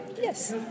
Yes